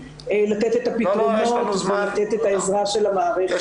לתת את הפתרונות ולתת את העזרה של המערכת --- את